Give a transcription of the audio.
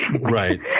Right